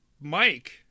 Mike